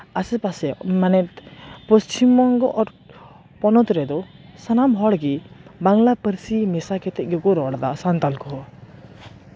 ᱟᱥᱮᱯᱟᱥᱮ ᱢᱟᱱᱮ ᱯᱚᱥᱪᱤᱢᱵᱚᱝᱜᱚ ᱯᱚᱱᱚᱛ ᱨᱮᱫᱚ ᱥᱟᱱᱟᱢ ᱦᱚᱲᱜᱮ ᱵᱟᱝᱞᱟ ᱯᱟᱹᱨᱥᱤ ᱢᱮᱥᱟ ᱠᱟᱛᱮᱫ ᱜᱮᱠᱚ ᱨᱚᱲᱫᱟ ᱥᱟᱱᱛᱟᱞ ᱠᱚᱦᱚᱸ